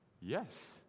Yes